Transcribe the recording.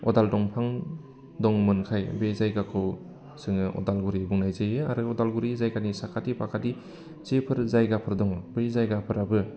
अदाल दंफां दंमोनखाय बे जायगाखौ जोङो उदालगुरि बुंनाय जायो आरो उदालगुरि जायगानि साखाथि फाखाथि जिफोर जायगाफोर दङ बै जायगाफोराबो